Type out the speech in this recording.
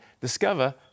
discover